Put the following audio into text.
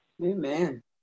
Amen